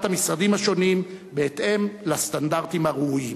המשרדים השונים בהתאם לסטנדרטים הראויים.